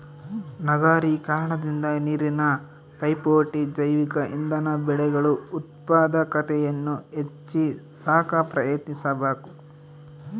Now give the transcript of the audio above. ನಗರೀಕರಣದಿಂದ ನೀರಿನ ಪೈಪೋಟಿ ಜೈವಿಕ ಇಂಧನ ಬೆಳೆಗಳು ಉತ್ಪಾದಕತೆಯನ್ನು ಹೆಚ್ಚಿ ಸಾಕ ಪ್ರಯತ್ನಿಸಬಕು